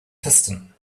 piston